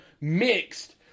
mixed